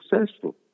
successful